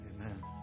Amen